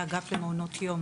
מאגף למעונות יום,